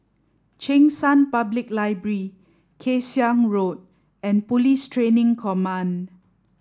Cheng San Public Library Kay Siang Road and Police Training Command